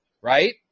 right